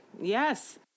Yes